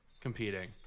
competing